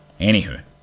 Anywho